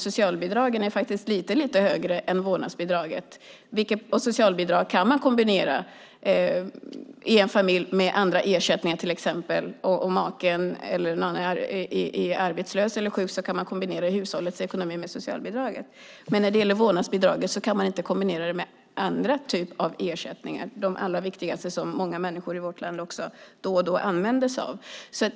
Socialbidragen är lite högre än vårdnadsbidraget, och i en familj kan man kombinera socialbidrag med andra ersättningar. Om maken eller någon annan är arbetslös eller sjuk kan man också kombinera hushållets ekonomi med socialbidraget, men vårdnadsbidraget kan inte kombineras med andra typer av ersättningar, inte heller de allra viktigaste som många människor i vårt land då och då använder sig av.